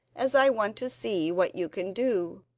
as i want to see what you can do.